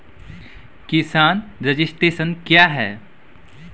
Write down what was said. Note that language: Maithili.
किसान रजिस्ट्रेशन क्या हैं?